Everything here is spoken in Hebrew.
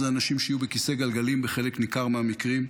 זה אנשים שיהיו בכיסא גלגלים בחלק ניכר מהמקרים,